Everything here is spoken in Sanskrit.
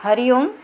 हरिः ओम्